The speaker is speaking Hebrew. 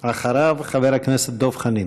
אחריו, חבר הכנסת דב חנין.